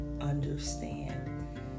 understand